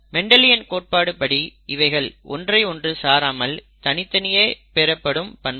Mendelian கோட்பாடு படி இவைகள் ஒன்றை ஒன்று சாராமல் தனித்தனியே பெறப்படும் பண்புகள்